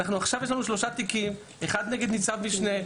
עכשיו יש לנו שלושה תיקים: אחד נגד ניצב משנה,